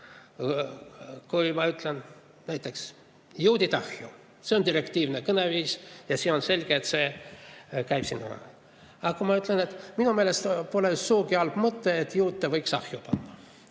Kui ma ütlen näiteks: juudid ahju – siis see on direktiivne kõneviis ja on selge, et see käib sinna [alla]. Aga kui ma ütlen, et minu meelest pole sugugi halb mõte, et juute võiks ahju panna,